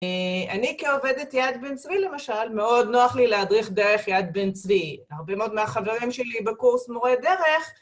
אני כעובדת יד בן צבי למשל, מאוד נוח לי להדריך דרך יד בן צבי. הרבה מאוד מהחברים שלי בקורס מורה דרך